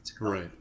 Right